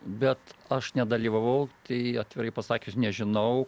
bet aš nedalyvavau tai atvirai pasakius nežinau